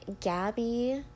Gabby